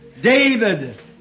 David